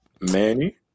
Manny